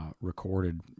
recorded